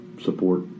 support